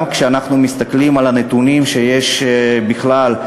גם כשאנחנו מסתכלים על הנתונים שיש בכלל,